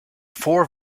four